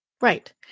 Right